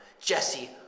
Jesse